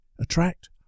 attract